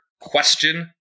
question